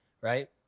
right